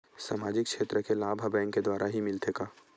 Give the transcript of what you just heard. सामाजिक क्षेत्र के लाभ हा बैंक के द्वारा ही मिलथे का?